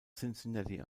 cincinnati